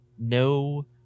No